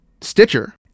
Stitcher